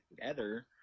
together